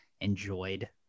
enjoyed